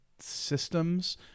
systems